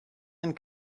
and